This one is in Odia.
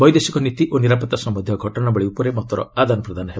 ବୈଦେଶିକ ନୀତି ଓ ନିରାପତ୍ତା ସମ୍ଭନ୍ଧୀୟ ଘଟଣାବଳୀ ଉପରେ ମତର ଆଦାନ ପ୍ରଦାନ ହେବ